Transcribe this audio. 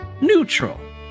Neutral